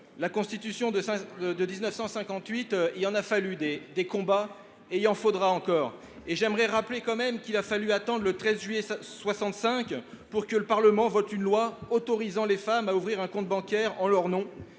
la Constitution en 1958, il en a fallu des combats et il en faudra encore. Il a fallu attendre juillet 1965 pour que le Parlement vote une loi autorisant les femmes à ouvrir un compte bancaire en leur nom